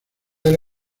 del